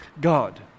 God